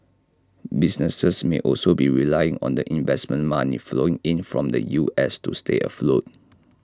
businesses may also be relying on the investment money flowing in from the U S to stay afloat